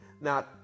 Now